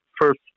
first